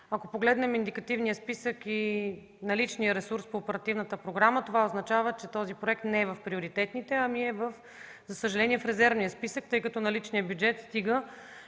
Ако погледнем този списък и наличния ресурс по оперативната програма, това означава, че този проект не е в приоритетните, ами е, за съжаление, в резервния списък, тъй като наличният бюджет стига